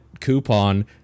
coupon